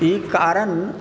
ई कारण